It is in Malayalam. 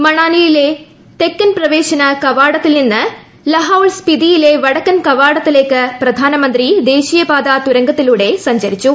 മണാലിയിലെ തെക്കൻ പ്രവേശന കവാടത്തിൽ നിന്ന് ലഹൌൾ സ്പിതിയിലെ വടക്കൻ കവാടത്തിലേക്ക് പ്രധാനമന്ത്രി ദേശീയപാതാ തുരങ്കത്തിലൂടെ സഞ്ചരിച്ചു